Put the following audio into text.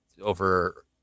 over